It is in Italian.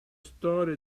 storia